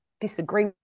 disagree